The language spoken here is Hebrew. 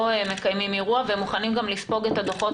מקיימים אירוע והם מוכנים גם לספוג את הדוחות.